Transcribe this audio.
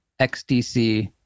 XDC